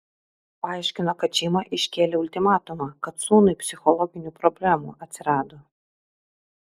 paaiškino kad šeima iškėlė ultimatumą kad sūnui psichologinių problemų atsirado